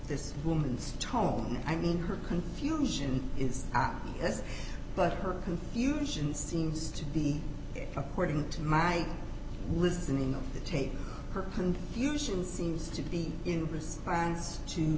this woman's tome i mean her confusion is obvious but her confusion seems to be according to my listening to take her confusion seems to be in response to